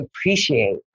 appreciate